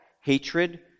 hatred